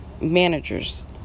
managers